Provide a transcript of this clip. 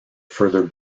further